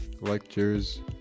lectures